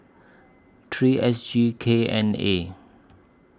three S G K N A